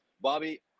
Bobby –